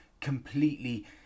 completely